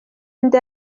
inda